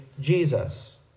Jesus